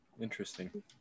interesting